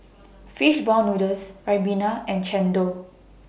Fish Ball Noodles Ribena and Chendol